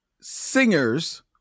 singers